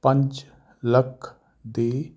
ਪੰਜ ਲੱਖ ਦਾ